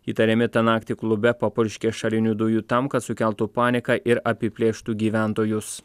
įtariami tą naktį klube papurškę ašarinių dujų tam kad sukeltų paniką ir apiplėštų gyventojus